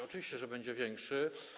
Oczywiście, że będzie większy.